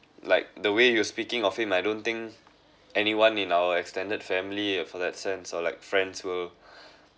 like the way you're speaking of him I don't think anyone in our extended family for that sense or like friends who